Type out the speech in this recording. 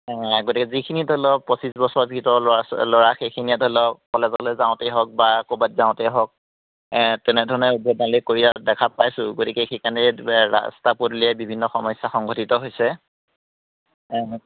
গতিকে যিখিনি ধৰি লওক পঁচিছ বছৰৰ ভিতৰৰ ল'ৰা ল'ৰা সেইখিনিয়ে ধৰি লওক কলেজলৈ যাওঁতেই হওক বা ক'ৰবাত যাওঁতেই হওক তেনেধৰণে উদ্ভণ্ডালি কৰি অহা দেখা পাইছোঁ গতিকে সেই কাৰণে ৰাস্তা পদূলিয়ে বিভিন্ন সমস্যা সংঘটিত হৈছে